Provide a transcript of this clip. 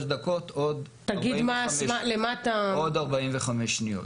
עוד 45 שניות.